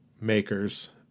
makers